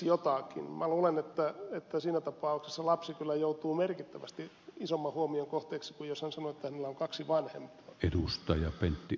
minä luulen että siinä tapauksessa lapsi kyllä joutuu merkittävästi isomman huomion kohteeksi kuin jos hän sanoo että hänellä on kaksi vanhempaa